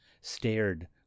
stared